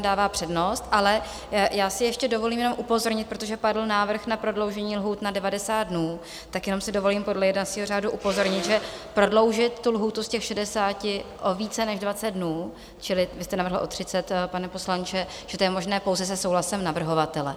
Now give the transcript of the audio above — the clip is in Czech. Dává přednost, ale já si ještě dovolím jenom upozornit, protože padl návrh na prodloužení lhůt na 90 dnů, tak si dovolím podle jednacího řádu upozornit, že prodloužit lhůtu ze 60 o více než 20 dnů, čili vy jste navrhl o 30, pane poslanče, že to je možné pouze se souhlasem navrhovatele.